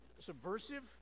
subversive